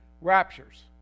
raptures